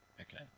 okay